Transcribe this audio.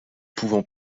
pouvant